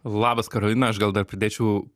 labas karolina aš gal dar pridėčiau